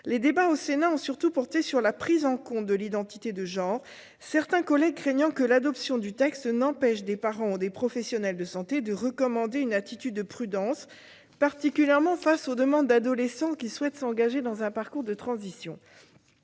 Les débats au Sénat ont surtout porté sur la prise en compte de l'identité de genre, certains collègues craignant que l'adoption du texte n'empêche des parents ou des professionnels de santé de recommander une attitude de prudence, particulièrement face aux demandes d'adolescents souhaitant s'engager dans un parcours de transition.